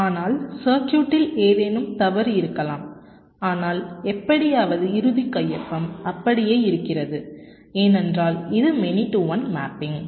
ஆனால் சர்க்யூட்டில் ஏதேனும் தவறு இருக்கலாம் ஆனால் எப்படியாவது இறுதி கையொப்பம் அப்படியே இருக்கிறது ஏனென்றால் இது மெனி டு ஒன் மேப்பிங்